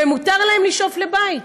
ומותר להם לשאוף לבית,